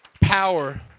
Power